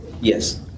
Yes